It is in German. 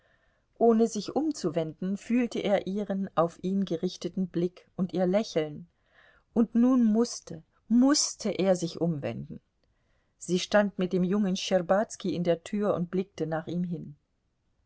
ohne sich umzuwenden fühlte er ihren auf ihn gerichteten blick und ihr lächeln und nun mußte mußte er sich umwenden sie stand mit dem jungen schtscherbazki in der tür und blickte nach ihm hin